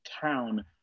town